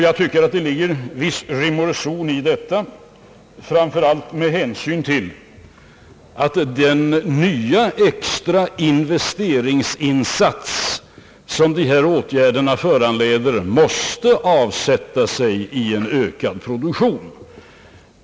Jag tycker att det ligger viss rim och reson i detta, framför allt med hänsyn till att den nya extra investeringsinsats som de här beskrivna åtgärderna föranlett måste avspegla sig i en ökad produktion.